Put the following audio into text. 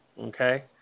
okay